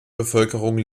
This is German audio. bevölkerung